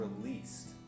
released